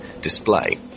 display